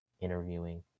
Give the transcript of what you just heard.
interviewing